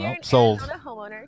sold